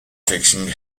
fixing